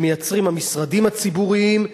שמייצרים המשרדים הציבוריים,